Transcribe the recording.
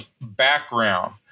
background